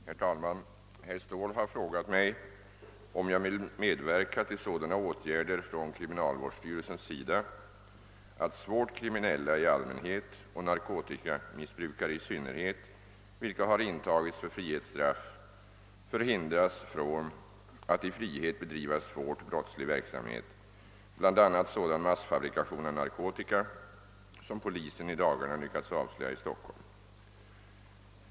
Herr talman! Herr Ståhl har frågat mig om jag vill medverka till sådana åtgärder från kriminalvårdsstyrelsens sida, att svårt kriminella i allmänhet och narkotikamissbrukare i synnerhet, vilka intagits för frihetsstraff, förhindras att i frihet bedriva svår brottslig verksamhet, bl.a. sådan massfabrikation av narkotika som polisen i dagarna lyckats avslöja i Stockholm.